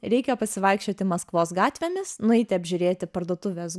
reikia pasivaikščioti maskvos gatvėmis nueiti apžiūrėti parduotuvės